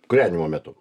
kūrenimo metu